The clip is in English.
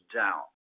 down